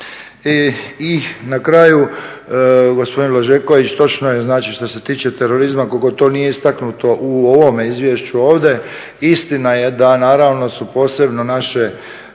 I na kraju, gospodine Blažeković točno je što se tiče terorizma, koliko to nije istaknuto u ovome izvješću ovdje, istina je da naravno su posebno naše